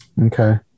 Okay